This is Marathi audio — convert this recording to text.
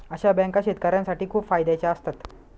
अशा बँका शेतकऱ्यांसाठी खूप फायद्याच्या असतात